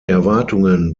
erwartungen